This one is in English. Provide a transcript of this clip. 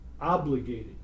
obligated